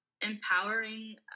empowering